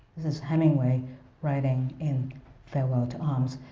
this is hemingway writing in farewell to arms,